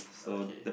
okay